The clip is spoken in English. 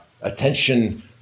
attention